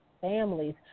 families